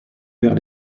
vers